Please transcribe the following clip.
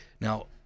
now